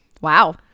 Wow